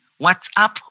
WhatsApp